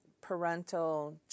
parental